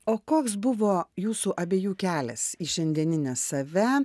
o koks buvo jūsų abiejų kelias į šiandieninę save